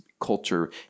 culture